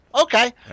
Okay